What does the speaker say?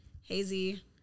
hazy